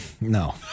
No